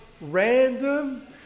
random